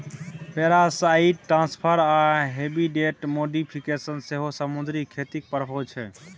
parasite transfer आ habitat modification सेहो समुद्री खेतीक प्रभाब छै